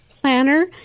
planner